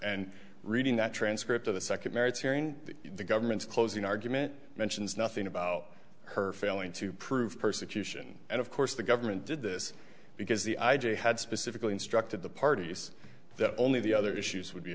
and reading that transcript of the second merits hearing that the government's closing argument mentions nothing about her failing to prove persecution and of course the government did this because the i g had specifically instructed the parties that only the other issues would be